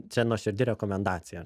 čia nuoširdi rekomendacija